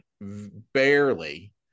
barely